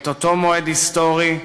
את אותו מועד היסטורי,